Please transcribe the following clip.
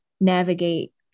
navigate